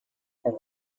are